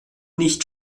nicht